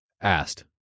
asked